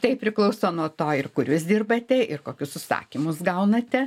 tai priklauso nuo to ir kur jūs dirbate ir kokius užsakymus gaunate